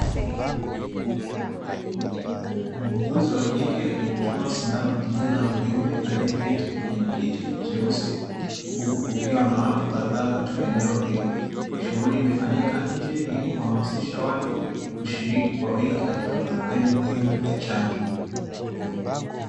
Muuguzi wa kike akimchoma sindano kijana wa kiume, aliyeketi kwenye kiti cheusi, huku kukiwa na watu kadhaa katika eneo hilo, shughuli imefanyika nje ili kuhamasisha watu kushiriki kwa wingi katika kampeni hiyo ya chanjo.